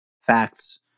facts